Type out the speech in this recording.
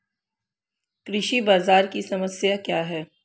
कृषि बाजार की समस्या क्या है?